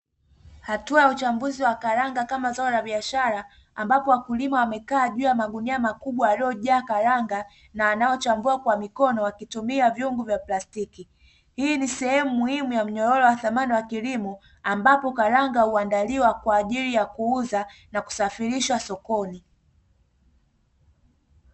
Hatua ya uchambuzi wa karanga kama zao la biashara, ambapo wakulima wamekaa juu ya magunia makubwa yaliyojaa karanga na wanaochambua kwa mikono wakitumia vyungu vya plastiki. Hii ni sehemu muhimu ya mnyororo wa thamani ya kilimo, ambapo karanga huandaliwa kwa ajili ya kuuza na kusafirishwa sokoni.